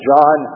John